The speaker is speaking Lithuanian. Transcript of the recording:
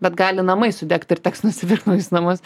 bet gali namai sudegt ir teks nusipirkt naujus namus